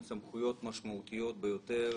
אותי זה מאוד מאכזב.